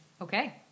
Okay